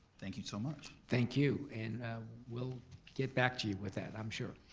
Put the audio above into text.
thank you so much. thank you, and we'll get back to you with that, i'm sure.